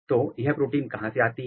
तो यह प्रोटीन कहां से आती है